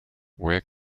where